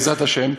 בעזרת השם,